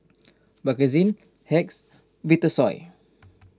Bakerzin Hacks Vitasoy